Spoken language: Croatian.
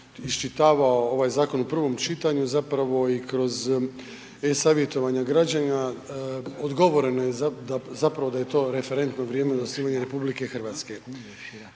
iščitavao ovaj zakon u prvom čitanju, zapravo i kroz e-Savjetovanja građana odgovoreno je zapravo da je to referentno vrijeme od osnivanja RH.